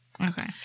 Okay